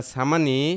Samani